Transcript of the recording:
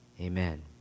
amen